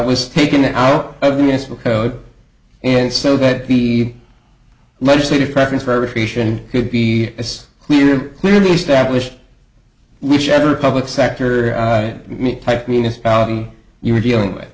was taken out of the a school and so that the legislative preference verification could be as clear clearly established which every public sector me type municipality you were dealing with